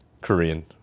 korean